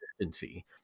consistency